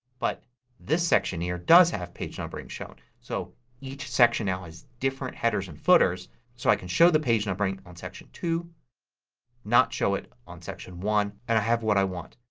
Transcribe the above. but this section here does have page numbering shown. so each section now has different headers and footers so i can show the page numbering on section two and not show it on section one and i have what i want.